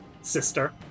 sister